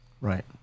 Right